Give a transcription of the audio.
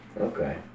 okay